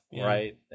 Right